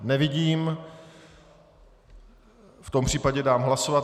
Nevidím, v tom případě dám hlasovat.